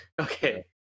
Okay